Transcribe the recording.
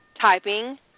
typing